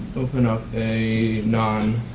open up a non